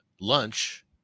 lunch